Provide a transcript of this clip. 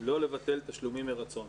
לא לבטל תשלומים מרצון.